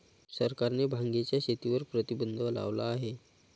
सरकारने भांगेच्या शेतीवर प्रतिबंध लावला आहे